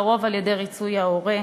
לרוב על-ידי ריצוי ההורה,